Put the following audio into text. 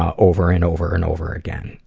ah over and over and over again.